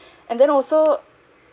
and then also